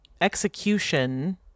execution